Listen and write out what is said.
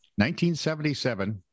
1977